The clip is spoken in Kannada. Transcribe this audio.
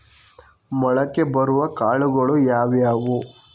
ಮೊಳಕೆ ಬರುವ ಕಾಳುಗಳು ಯಾವುವು?